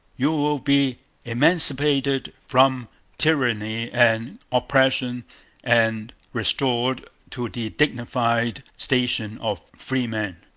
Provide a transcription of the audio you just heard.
you will be emancipated from tyranny and oppression and restored to the dignified station of freemen.